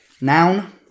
Noun